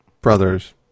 brothers